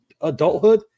adulthood